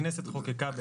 הכנסת חוקקה.